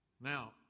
Now